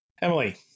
Emily